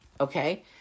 Okay